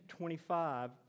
25